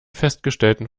festgestellten